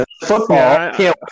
Football